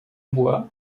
bois